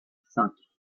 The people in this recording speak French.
cinq